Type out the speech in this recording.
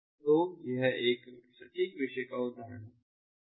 तो यह एक सटीक विषय का एक उदाहरण है